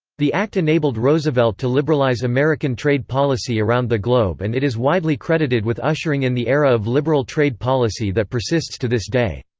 the act enabled roosevelt to liberalize american trade policy around the globe and it is widely credited with ushering in the era of liberal trade policy that persists to this day.